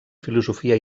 filosofia